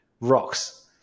rocks